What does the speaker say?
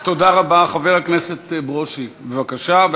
חבר הכנסת ברושי, בבקשה.